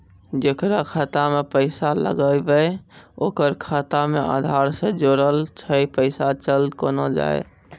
जेकरा खाता मैं पैसा लगेबे ओकर खाता मे आधार ने जोड़लऽ छै पैसा चल कोना जाए?